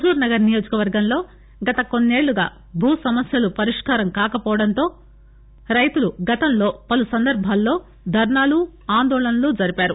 హుజూర్ నగర్ నియోజకవర్గంలో గత కొన్నేళ్లుగా భూ సమస్యలు పరిష్కారం కాకపోవడంతో రైతులు గతంలో పలు సందర్బాలలో ధర్నాలు ఆందోళనలు చేశారు